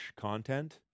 content